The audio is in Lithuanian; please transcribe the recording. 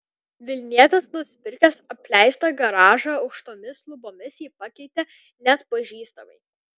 vilnietis nusipirkęs apleistą garažą aukštomis lubomis jį pakeitė neatpažįstamai